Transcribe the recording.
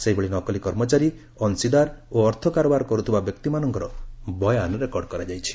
ସେହିଭଳି ନକଲୀ କର୍ମଚାରୀ ଅଂଶୀଦାର ଓ ଅର୍ଥ କାରବାର କରୁଥିବା ବ୍ୟକ୍ତିମାନଙ୍କର ବୟାନ ରେକର୍ଡ କରାଯାଇଛି